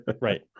Right